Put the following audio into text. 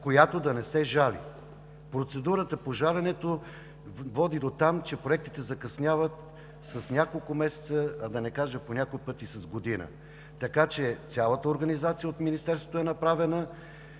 която да не се жали. Процедурата по жаленето води дотам, че проектите закъсняват с няколко месеца, а да не кажа по някой път и с година. Цялата организация от Министерството е направена,